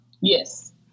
yes